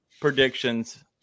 predictions